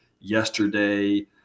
yesterday